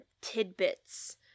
tidbits